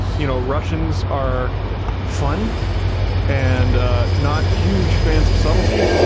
you know, russians are fun and not huge fans of subtlety.